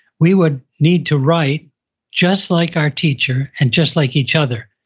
we would need to write just like our teacher and just like each other.